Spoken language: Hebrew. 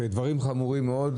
דברים חמורים מאוד.